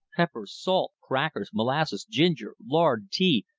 pepper, salt, crackers, molasses, ginger, lard, tea,